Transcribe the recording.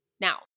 Now